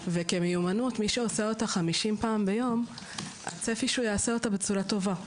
וכמיומנות מי שעשה אותה 50 פעם ביום הצפי שיעשה אותה בצורה טובה,